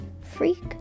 freak